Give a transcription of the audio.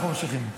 אנחנו ממשיכים.